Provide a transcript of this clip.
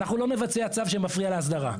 אנחנו לא נבצע צו שמפריע להסדרה.